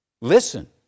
Listen